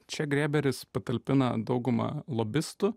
čia grėberis patalpina daugumą lobistų